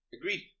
Agreed